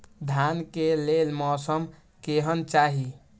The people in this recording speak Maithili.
धान के लेल मौसम केहन चाहि?